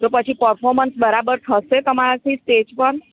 તો પછી પરફોર્મન્સ બરાબર થશે તમારાથી સ્ટેજ પર